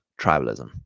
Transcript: tribalism